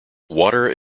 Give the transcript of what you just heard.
water